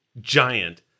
giant